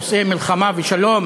נושאי מלחמה ושלום